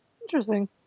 Interesting